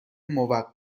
موقت